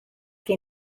que